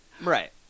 Right